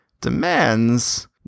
Demands